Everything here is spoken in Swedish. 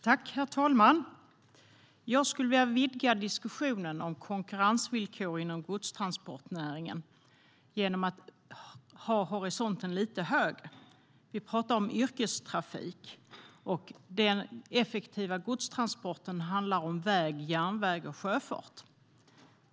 Herr talman! Jag skulle vilja vidga diskussionen om konkurrensvillkor inom godstransportnäringen genom att ha horisonten lite högre. Vi pratar om yrkestrafik, och den effektiva godstransporten handlar om väg, järnväg och sjöfart.